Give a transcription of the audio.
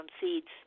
seeds